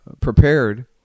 prepared